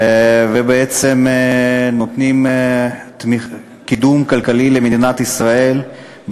ובעצם נותנים תמיכה וקידום כלכלי למדינת ישראל.